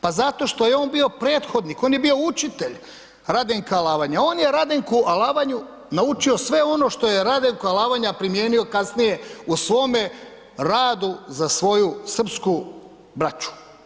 Pa zato što je on bio prethodnik, on je bio učitelj Radenka Alavanje, on je Radenku Alavanju naučio sve ono što je Radenko Alavanja primijenio kasnije u svome radu za svoju srpsku braću.